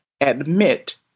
admit